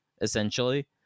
essentially